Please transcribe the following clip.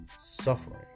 suffering